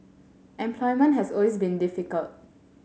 employment has always been difficult